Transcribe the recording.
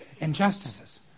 injustices